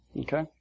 Okay